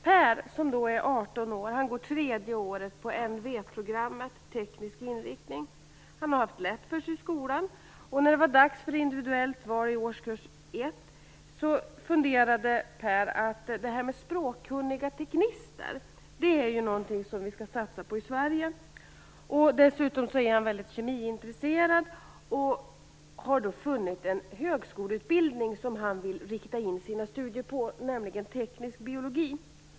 Per, som är 18 år, går tredje året på NV-programmet, teknisk inriktning. Han har haft lätt för sig i skolan, och när det var dags för individuellt val i årskurs 1 funderade Per över det förhållandet att vi i Sverige ju skall satsa på språkkunniga teknister. Han är väldigt kemiintresserad och har funnit en högskoleutbildning som han vill rikta in sina studier på, nämligen teknisk biologi.